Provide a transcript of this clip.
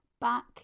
back